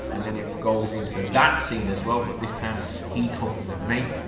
and then it goes into that scene as well, but this time he comes at me,